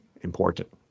Important